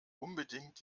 unbedingt